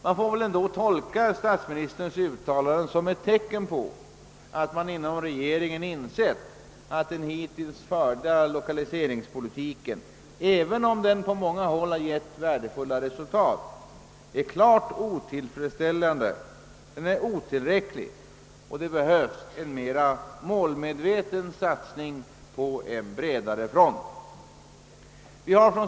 Man får väl ändå tolka statsministerns uttalande som ett tecken på att regeringen har insett att den hittills förda lokaliseringspolitiken även om den på många håll givit värdefulla resultat — är klart otillfredsställande. Den är otillräcklig och det behövs en mera målmedveten satsning på en bredare front.